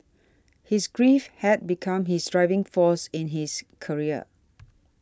his grief had become his driving force in his career